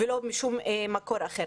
ולא משום מקור אחר.